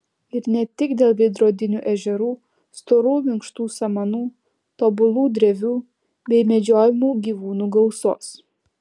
ir ne tik dėl veidrodinių ežerų storų minkštų samanų tobulų drevių bei medžiojamų gyvūnų gausos